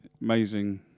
amazing